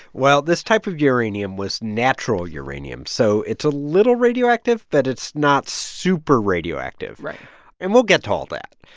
well, this type of uranium was natural uranium. so it's a little radioactive, but it's not super radioactive right and we'll get to all that.